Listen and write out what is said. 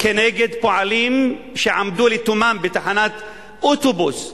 כנגד פועלים שעמדו לתומם בתחנת אוטובוס.